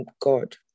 God